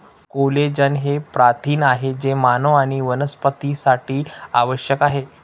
collagen हे प्रथिन आहे जे मानव आणि वनस्पतींसाठी आवश्यक आहे